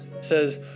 says